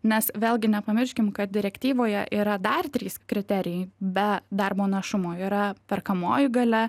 nes vėlgi nepamirškim kad direktyvoje yra dar trys kriterijai be darbo našumo yra perkamoji galia